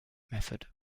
method